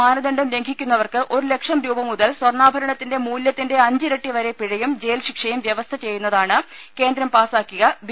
മാനദണ്ഡം ലംഘിക്കുന്നവർക്ക് ഒരു ലക്ഷം രൂപ മുതൽ സ്വർണാഭരണ ത്തിന്റെ മൂല്യ ത്തിന്റെ അഞ്ചിരട്ടി വരെ പിഴയും ജയിൽ ശിക്ഷയും വ്യവസ്ഥ ചെയ്യുന്നതാണ് കേന്ദ്രം പാസാക്കിയ ബി